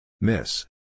Miss